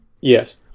Yes